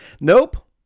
Nope